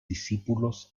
discípulos